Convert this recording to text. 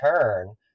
turn